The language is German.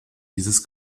dieses